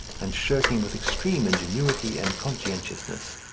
and shirking with extreme ingenuity and conscientiousness.